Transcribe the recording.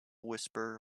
whisperer